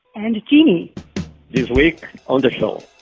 and jeannie this week on the show.